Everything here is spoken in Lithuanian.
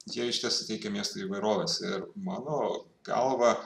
jie išties suteikia miestui įvairovės ir mano galva